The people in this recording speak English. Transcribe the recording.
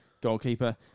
goalkeeper